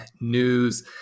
news